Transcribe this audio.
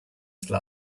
still